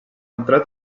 entrar